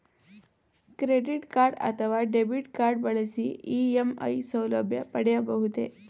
Credit card ಅಥವಾ debit card ಬಳಸಿ EMI ಸೌಲಭ್ಯ ಪಡೆಯಬಹುದೇ?